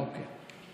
אוקיי.